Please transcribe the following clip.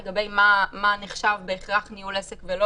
לגבי מה נחשב בהכרח ניהול עסק ולא